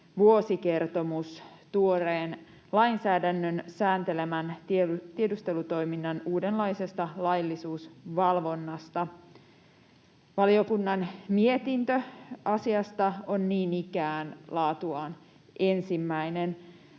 vuosikertomus tuoreen lainsäädännön sääntelemän tiedustelutoiminnan uudenlaisesta laillisuusvalvonnasta. Valiokunnan mietintö asiasta on niin ikään laatuaan ensimmäinen.